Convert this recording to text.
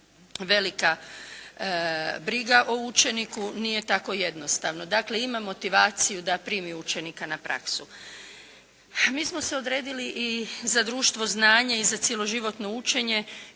velika briga o učeniku, nije tako jednostavno. Dakle ima motivaciju da primi učenika na praksu. Mi smo se odredili i za društvo, znanje i za cjeloživotno učenje